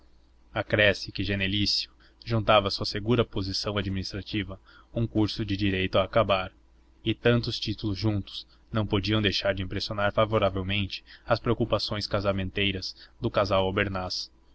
informações acresce que genelício juntava à sua segura posição administrativa um curso de direito a acabar e tantos títulos juntos não podiam deixar de impressionar favoravelmente às preocupações casamenteiras do casal